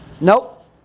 nope